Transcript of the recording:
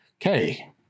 Okay